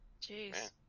Jeez